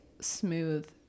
smooth